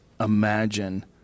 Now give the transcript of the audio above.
imagine